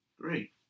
Great